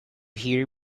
hear